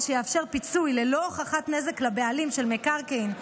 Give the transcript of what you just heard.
שיאפשר פיצוי ללא הוכחת נזק לבעלים של מקרקעין,